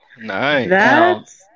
Nice